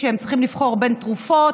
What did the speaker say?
כשהם צריכים לבחור בין תרופות,